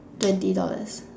twenty dollars